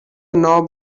knob